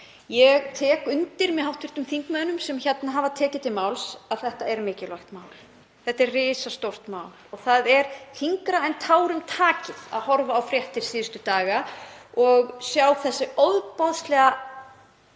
Ég tek undir það með hv. þingmönnum, sem hér hafa tekið til máls, að þetta er mikilvægt mál. Þetta er risastórt mál og það er þyngra en tárum taki að horfa á fréttir síðustu daga og sjá þau hryllilega